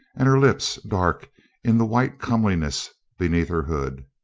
and her lips dark in the white comeliness beneath her hood.